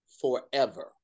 forever